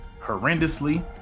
horrendously